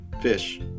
Fish